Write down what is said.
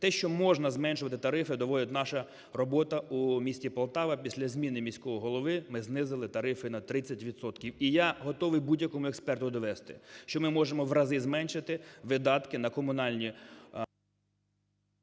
Те, що можна зменшувати тарифи, доводить наша робота у місті Полтава. Після зміни міського голови ми знизили тарифи на 30 відсотків. І я готовий будь-якому експерту довести, що ми можемо в рази зменшити видатки на комунальні…